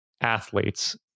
athletes